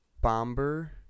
Bomber